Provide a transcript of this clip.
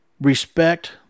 Respect